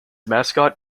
mascot